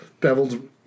beveled